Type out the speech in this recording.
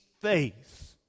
faith